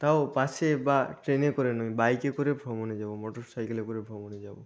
তাও বাসে বা ট্রেনে করে নয় বাইকে করে ভ্রমণে যাবো মটর সাইকেলে করে ভ্রমণে যাবো